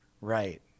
right